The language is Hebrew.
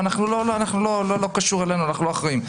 זה לא קשור אלינו, אנחנו לא אחראים.